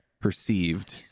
perceived